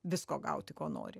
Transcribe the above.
visko gauti ko nori